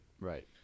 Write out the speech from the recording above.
right